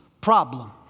problem